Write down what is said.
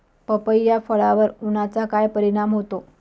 पपई या फळावर उन्हाचा काय परिणाम होतो?